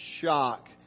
shock